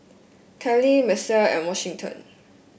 Cayla Misael and Washington